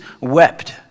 wept